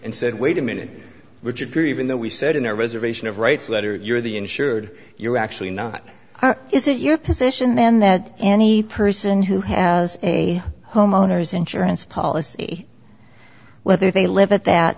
and said wait a minute which appear even though we said in our reservation of rights letter you're the insured you're actually not is it your position then that any person who has a homeowner's insurance policy whether they live at that